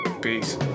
Peace